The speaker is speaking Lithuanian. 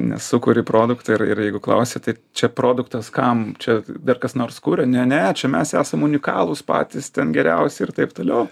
nes sukuri produktą ir ir jeigu klausi tai čia produktas kam čia dar kas nors kuria ne ne čia mes esam unikalūs patys ten geriausi ir taip toliau